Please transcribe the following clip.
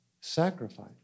sacrifice